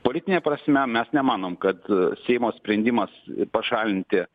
politine prasme mes nemanom kad seimo sprendimas pašalinti